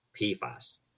PFAS